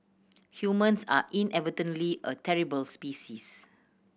humans are inadvertently a terrible species